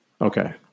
Okay